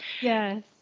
Yes